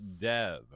Dev